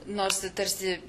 nors tai tarsi